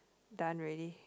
done already